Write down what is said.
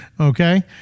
Okay